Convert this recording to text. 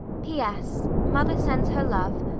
p. s mother sends her love.